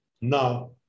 now